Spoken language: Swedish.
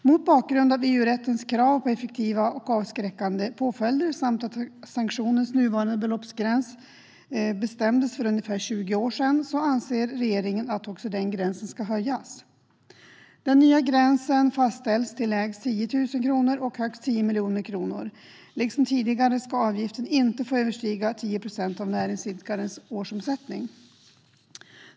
Mot bakgrund av EU-rättens krav på effektiva och avskräckande påföljder samt att sanktionens nuvarande beloppsgräns bestämdes för ungefär 20 år sedan anser regeringen att också den gränsen ska höjas. Den nya gränsen fastställs till lägst 10 000 kronor och högst 10 miljoner kronor. Liksom tidigare ska avgiften inte få överstiga 10 procent av näringsidkarens årsomsättning.